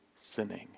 sinning